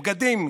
בגדים,